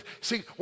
see